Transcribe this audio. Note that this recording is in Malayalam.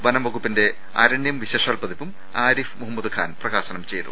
വനംവകുപ്പിന്റെ അരണ്യം വിശേഷാൽ പതിപ്പും ആരിഫ് മുഹമ്മദ് ഖാൻ പ്രകാശനം ചെയ്തു